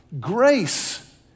Grace